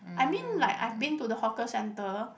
I mean like I've been to the hawker centre